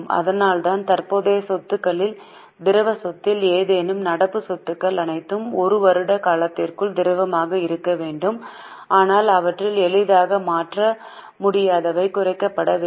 அதனால்தான் தற்போதைய சொத்துகளில் திரவ சொத்தில் ஏதேனும் நடப்பு சொத்துக்கள் அனைத்தும் 1 வருட காலத்திற்குள் திரவமாக இருக்க வேண்டும் ஆனால் அவற்றில் எளிதாக மாற்ற முடியாதவை குறைக்கப்பட வேண்டும்